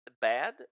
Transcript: bad